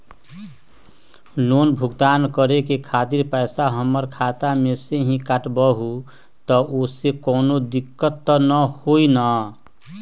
Loan भुगतान करे के खातिर पैसा हमर खाता में से ही काटबहु त ओसे कौनो दिक्कत त न होई न?